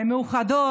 מיוחדות.